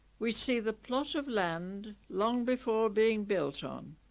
we see the plot of land long before being built on.